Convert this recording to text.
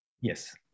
Yes